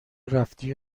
رفتی